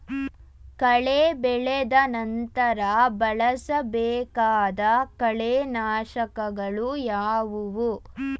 ಕಳೆ ಬೆಳೆದ ನಂತರ ಬಳಸಬೇಕಾದ ಕಳೆನಾಶಕಗಳು ಯಾವುವು?